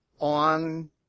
on